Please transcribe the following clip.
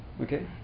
Okay